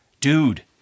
dude